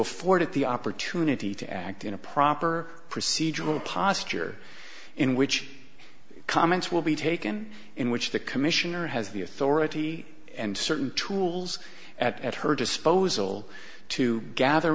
afforded the opportunity to act in a proper procedural posture in which comments will be taken in which the commissioner has the authority and certain tools at her disposal to gather